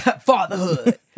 fatherhood